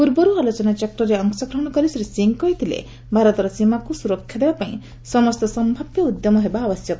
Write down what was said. ପୂର୍ବରୁ ଆଲୋଚନାଚକ୍ରରେ ଅଂଶଗ୍ରହଣ କରି ଶ୍ରୀ ସିଂ କହିଥିଲେ ଭାରତର ସୀମାକୁ ସୁରକ୍ଷା ଦେବାପାଇଁ ସମସ୍ତ ସମ୍ଭାବ୍ୟ ଉଦ୍ୟମ ହେବା ଆବଶ୍ୟକ